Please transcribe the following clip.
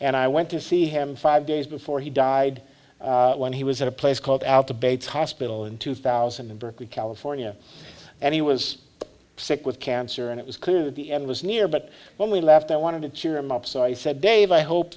and i went to see him five days before he died when he was at a place called out to bates hospital in two thousand and berkeley california and he was sick with cancer and it was clear that the end was near but when we left i wanted to cheer him up so i said dave i hope